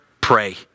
Pray